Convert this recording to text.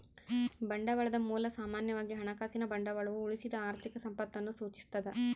ಬಂಡವಾಳದ ಮೂಲ ಸಾಮಾನ್ಯವಾಗಿ ಹಣಕಾಸಿನ ಬಂಡವಾಳವು ಉಳಿಸಿದ ಆರ್ಥಿಕ ಸಂಪತ್ತನ್ನು ಸೂಚಿಸ್ತದ